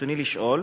רצוני לשאול: